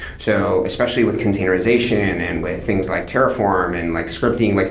so especially with containerization and with things like terraform and like scripting, like